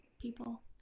People